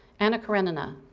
anna karenina,